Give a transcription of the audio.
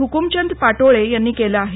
हुकुमचंद पाटोळे यांनी केलं आहे